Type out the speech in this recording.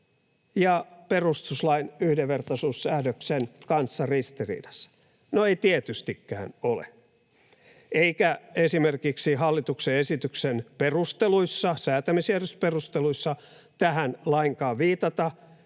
ja perustuslain yhdenvertaisuussäännöksen kanssa ristiriidassa? No ei tietystikään ole, eikä esimerkiksi hallituksen esityksen säätämisjärjestysperusteluissa tähän lainkaan viitata,